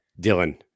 Dylan